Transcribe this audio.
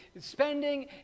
spending